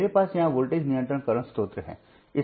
मेरे पास यहां वोल्टेज नियंत्रण करंट स्रोत है